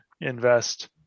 invest